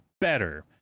better